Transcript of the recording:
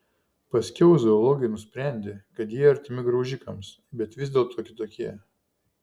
paskiau zoologai nusprendė kad jie artimi graužikams bet vis dėlto kitokie